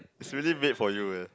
is really made for you eh